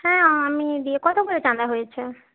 হ্যাঁ আমি কত করে চাঁদা হয়েছে